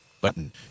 Button